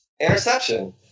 Interception